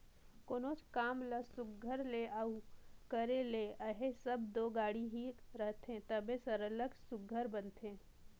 कोनोच काम ल सुग्घर ले हालु करे ले अहे तब दो गाड़ी ही रहथे तबे सरलग सुघर बनथे